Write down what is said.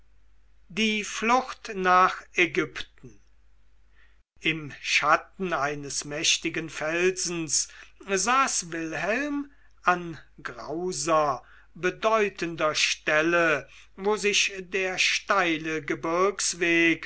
die flucht nach ägypten im schatten eines mächtigen felsen saß wilhelm an grauser bedeutender stelle wo sich der steile